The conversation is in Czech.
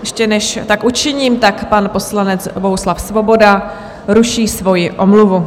Ještě než tak učiním: pan poslanec Bohuslav Svoboda ruší svoji omluvu.